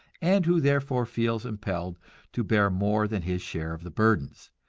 and who therefore feels impelled to bear more than his share of the burdens.